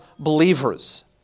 Believers